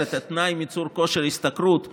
את התנאי של מיצוי כושר השתכרות בעבודה,